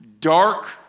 dark